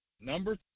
number